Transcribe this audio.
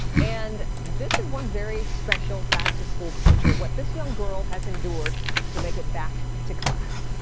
and this is one very special back-to-school picture. what this young girl has endured to make it back to class.